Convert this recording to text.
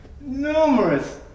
numerous